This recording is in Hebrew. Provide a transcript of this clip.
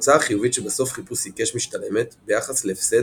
התוצאה החיובית שבסוף חיפוש עיקש משתלמת ביחס להפסד